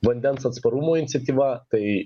vandens atsparumų iniciatyva tai